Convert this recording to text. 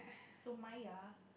so mine ya